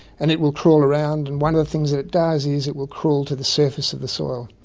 and it will crawl around. and one of the things that it does is it will crawl to the surface of the soil.